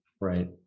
Right